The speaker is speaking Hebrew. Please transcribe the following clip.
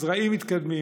זרעים מתקדמים,